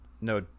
no